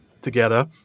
together